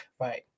Right